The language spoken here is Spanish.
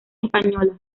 españolas